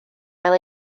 fel